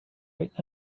right